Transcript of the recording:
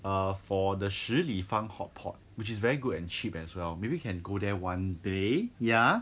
err for the 食立方 hotpot which is very good and cheap as well maybe you can go there one day ya